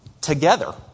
Together